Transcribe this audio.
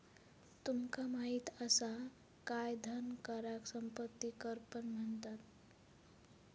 तुमका माहित असा काय धन कराक संपत्ती कर पण म्हणतत?